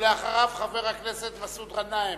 ואחריו, חבר הכנסת מסעוד גנאים.